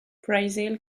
brazil